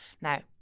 now